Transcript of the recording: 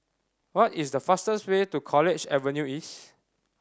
what is the fastest way to College Avenue East